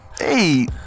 Hey